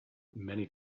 many